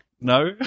no